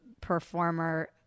performer